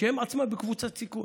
שהן עצמן בקבוצת סיכון,